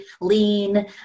Lean